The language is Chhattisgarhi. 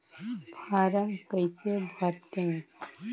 फारम कइसे भरते?